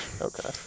Okay